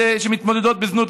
אלו שמתמודדות עם זנות,